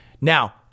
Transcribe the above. Now